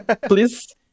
Please